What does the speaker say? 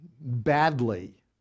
badly